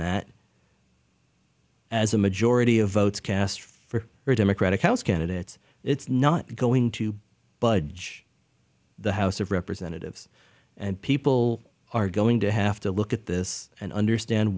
that as a majority of votes cast for their democratic house candidates it's not going to budge the house of representatives and people are going to have to look at this and understand